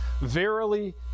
Verily